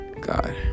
God